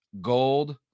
gold